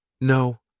No